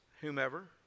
Whomever